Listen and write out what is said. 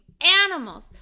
animals